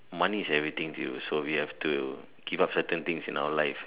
money is everything to you so we have to give up certain things in our life`````